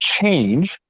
change